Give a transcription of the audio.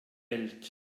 welt